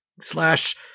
slash